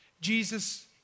Jesus